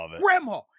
Grandma